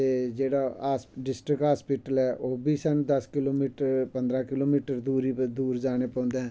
ते जेह्ड़ा district hospital ऐ ओह्बी स्हानू दस किलोमिटर पंदरां किलोमिटर दूर जानै पौंदा ऐ